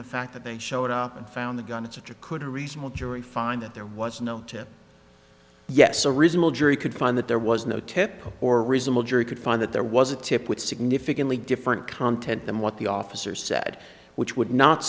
the fact that they showed up and found the gun it's after could a reasonable jury find that there was no yes a reasonable jury could find that there was no tempo or reasonable jury could find that there was a tip with significantly different content than what the officer said which would not